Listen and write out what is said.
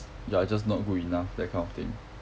you're just not good enough that kind of thing